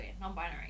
non-binary